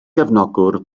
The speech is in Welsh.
gefnogwr